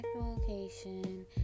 location